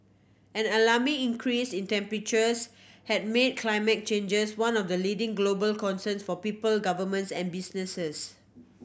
an alarming increase in temperatures has made climate changes one of the leading global concerns for people governments and businesses